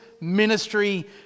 ministry